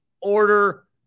order